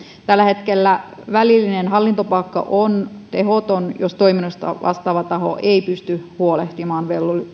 tällä hetkellä välillinen hallintopakko on tehoton jos toiminnasta vastaava taho ei pysty huolehtimaan